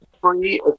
free